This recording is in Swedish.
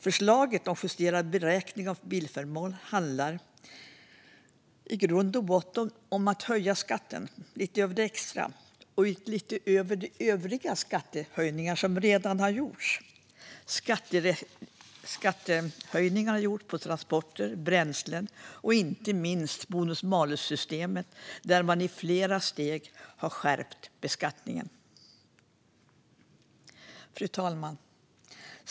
Förslaget om justerad beräkning av bilförmån handlar i grund och botten om att höja skatten lite extra och lite utöver de övriga skattehöjningar man redan har gjort. Skattehöjningar har gjorts på transporter, bränslen och inte minst genom bonus-malus-systemet där man i flera steg har skärpt beskattningen. Fru talman!